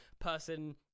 person